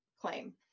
claim